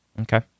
Okay